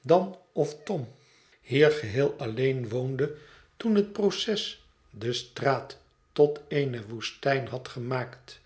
dan of tom hier geheel alleen woonde toen het proces de straat tot eene woestijn had gemaakt